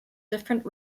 different